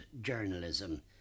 journalism